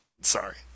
Sorry